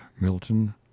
Milton